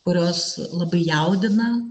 kurios labai jaudina